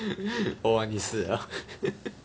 !wah! 你死 liao